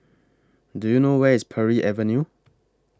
Do YOU know Where IS Parry Avenue